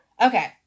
Okay